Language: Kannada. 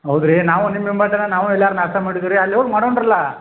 ಹೌದು ರೀ ನಾವು ನಿಮ್ಮ ನಿಮ್ಮಂತನ ನಾವೂ ಎಲ್ಲಾರ್ ನಾಷ್ಟಾ ಮಾಡಿದ್ದೆವು ರೀ ಅಲ್ಲಿ ಹೋಗಿ ಮಾಡೋನ್ರಲಾ